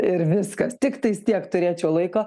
ir viskas tiktais tiek turėčiau laiko